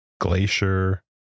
Glacier